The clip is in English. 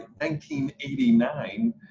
1989